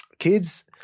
Kids